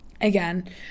again